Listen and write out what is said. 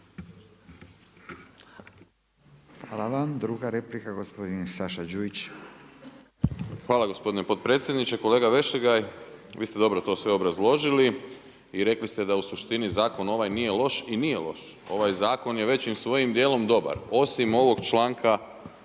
Hvala. Druga replika gospodin Saša Đujić. **Đujić, Saša (SDP)** Hvala gospodine potpredsjedniče. Kolega VEšligaj, vi ste dobro to sve obrazložili i rekli ste da u suštini ovaj zakon nije loš i nije loš, ovaj zakon je većim svojim dijelom dobar osim ovog članka 28.